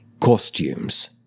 Costumes